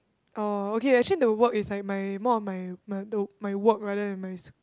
oh okay actually the work is like my more on my my the my work rather than my school